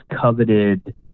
coveted